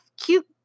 cute